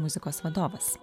muzikos vadovas